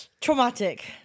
Traumatic